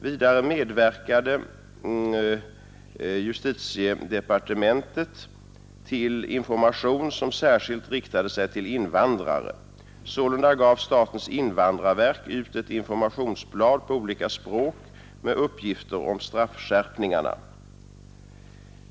Vidare medverkade justitiedepartementet till information som särskilt riktade sig till invandrare. Sålunda gav statens invandrarverk ut ett informationsblad på olika språk med uppgifter om straffskärpningarna.